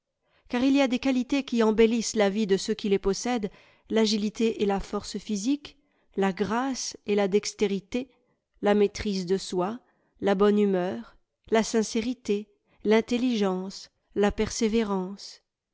car il y a des qualités qui embellissent la vie de ceux qui les possèdent l'agilité et la force physique la grâce et la dextérité la maîtrise de soi la bonne humeur la sincérité l'intelligence la persévérance